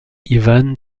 ivan